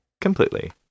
completely